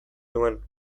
nuen